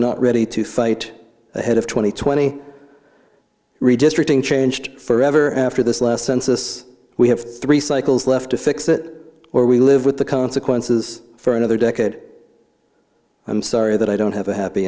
are not ready to fight ahead of two thousand and twenty redistricting changed forever after this last census we have three cycles left to fix that or we live with the consequences for another decade i'm sorry that i don't have a happy